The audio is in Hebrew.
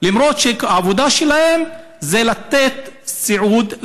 למרות שהעבודה שלהם זה לתת סיעוד,